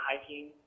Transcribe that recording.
hiking